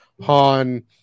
Han